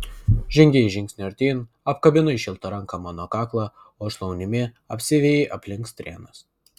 žengei žingsnį artyn apkabinai šilta ranka mano kaklą o šlaunimi apsivijai aplink strėnas